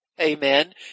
amen